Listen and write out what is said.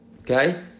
Okay